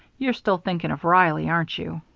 you're still thinking of reilly, aren't you.